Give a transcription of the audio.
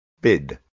bid